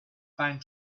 pine